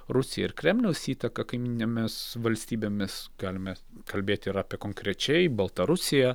rusiją ir kremliaus įtaką kaimyninėmis valstybėmis galime kalbėti ir apie konkrečiai baltarusiją